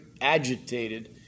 agitated